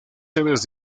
sedes